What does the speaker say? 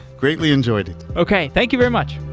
greatly enjoyed it okay. thank you very much